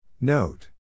Note